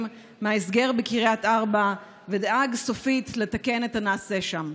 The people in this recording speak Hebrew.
מההסגר בקריית ארבע ודאג סופית לתקן את הנעשה שם.